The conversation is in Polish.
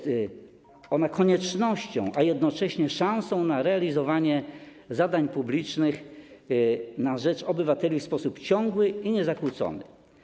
To konieczność, a jednocześnie szansa na realizowanie zadań publicznych na rzecz obywateli w sposób ciągły i niezakłócony.